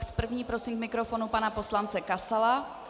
S první prosím k mikrofonu pana poslance Kasala.